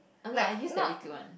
oh no I use the liquid one